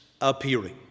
appearing